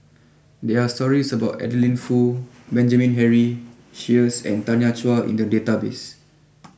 there are stories about Adeline Foo Benjamin Henry Sheares and Tanya Chua in the database